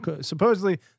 supposedly